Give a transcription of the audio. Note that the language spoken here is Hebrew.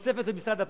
תוספת למשרד הפנים,